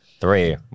Three